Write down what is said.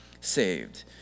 saved